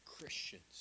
Christians